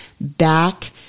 back